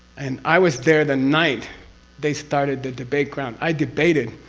and i was there the night they started the debate ground. i debated